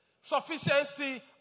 Sufficiency